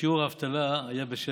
ושיעור האבטלה היה בשפל.